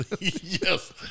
Yes